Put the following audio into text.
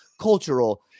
cultural